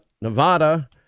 Nevada